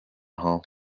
hall